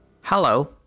Hello